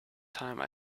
time